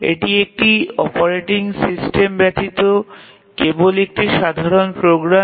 এটি একটি operating system ব্যতীত কেবল একটি সাধারণ প্রোগ্রাম